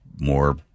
more